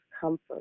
comfort